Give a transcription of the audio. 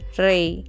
ray